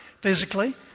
physically